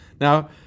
Now